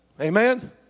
Amen